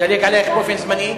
אדלג עלייך באופן זמני?